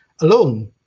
alone